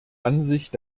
ansicht